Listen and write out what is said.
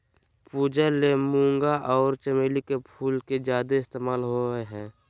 पूजा ले मूंगा आर चमेली के फूल के ज्यादे इस्तमाल होबय हय